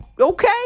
okay